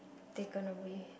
taken away